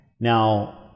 Now